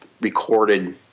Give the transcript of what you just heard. recorded